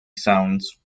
sounds